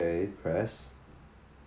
okay press